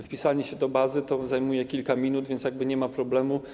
Wpisanie się do bazy zajmuje kilka minut, więc nie ma problemu.